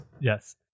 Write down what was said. Yes